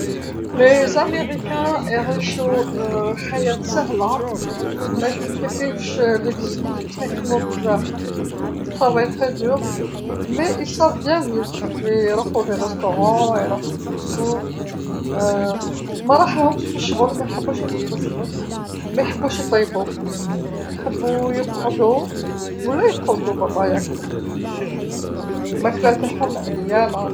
الأمريكيون يعيشو حياة سهله، مايكومبليكيوش الوجود بصح يخدمو بزاف، يعملون بجد كبير، لكن يعرفون كيف يعيشوا جيدا، يروحو للمطاعم يروحو يحوسو، ماراحلهمش في الشغل ومايحبوش يخدمو الشغل، مايحبوش يطيبو، يحبو يقعدو ولا يخرجو برا ياكلو، الماكله تاعهم عيانه.